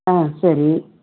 ஆ சரி